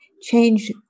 change